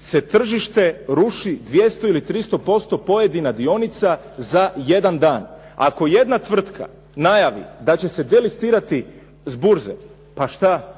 se tržište ruši 200 ili 300% pojedina dionica za jedan dan. Ako jedna tvrtka najavi da će se delistirati s burze, pa šta,